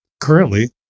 currently